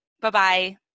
Bye-bye